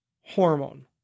hormone